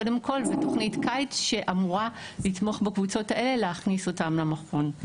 זו תוכנית קיץ שאמורה לתמוך בקבוצות האלו ולהכניס אותה למכון.